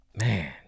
Man